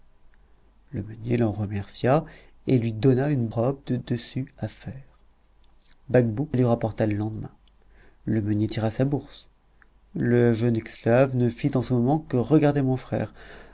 le meunier l'en remercia et lui donna une robe de dessus à faire bacbouc la lui rapporta le lendemain le meunier tira sa bourse la jeune esclave ne fit en ce moment que regarder mon frère